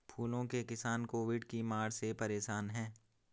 फूलों के किसान कोविड की मार से परेशान है